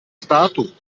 států